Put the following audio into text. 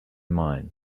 mind